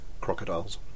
Crocodiles